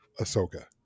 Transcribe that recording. Ahsoka